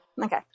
Okay